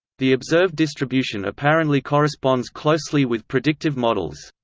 the observed distribution apparently corresponds closely with predictive models.